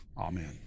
Amen